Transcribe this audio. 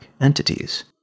entities